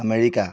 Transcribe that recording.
America